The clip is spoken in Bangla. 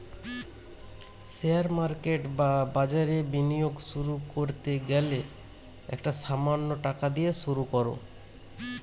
শেয়ার মার্কেট বা বাজারে বিনিয়োগ শুরু করতে গেলে একটা সামান্য টাকা দিয়ে শুরু করো